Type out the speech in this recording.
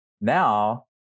Now